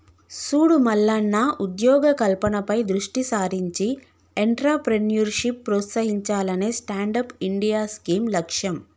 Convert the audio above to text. సూడు మల్లన్న ఉద్యోగ కల్పనపై దృష్టి సారించి ఎంట్రప్రేన్యూర్షిప్ ప్రోత్సహించాలనే స్టాండప్ ఇండియా స్కీం లక్ష్యం